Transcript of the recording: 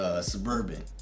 suburban